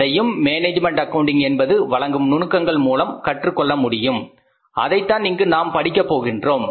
அதையும் management accounting என்பது வழங்கும் நுணுக்கங்கள் மூலம் கற்றுக்கொள்ள முடியும் அதைத்தான் இங்கு நாம் படிக்க போகின்றோம்